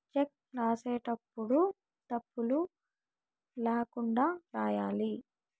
check రాసేటప్పుడు తప్పులు ల్యాకుండా రాయాలి